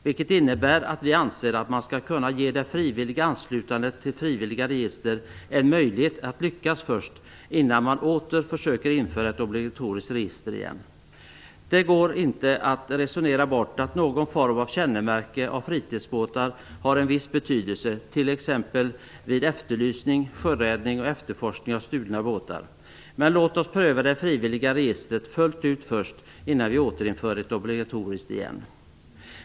Vi anser att man skall kunna ge det frivilliga anslutandet till frivilliga register en möjlighet att lyckas innan man åter försöker införa ett obligatoriskt register. Det går inte att resonera bort att någon form av kännemärke på fritidsbåtar har en viss betydelse t.ex. vid efterlysning, sjöräddning och efterforskning av stulna båtar. Men låt oss pröva det frivilliga registret fullt ut innan vi återinför ett obligatoriskt!